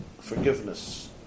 forgiveness